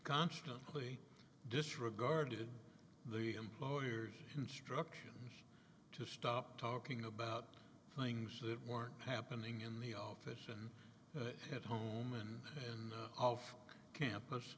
constantly disregarded the employer's instructions to stop talking about things that weren't happening in the office and at home and and off campus